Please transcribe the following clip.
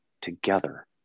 together